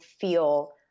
feel